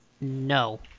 no